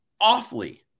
awfully